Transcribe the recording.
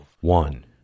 one